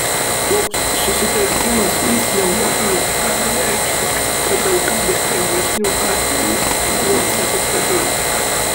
toks susitelkimas į pneumoniją gali reikšti kad daugybė lengvesnių atvejų buvo nepastebėti